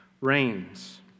reigns